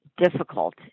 difficult